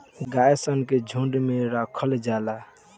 गाय सन के झुंड में राखल जाला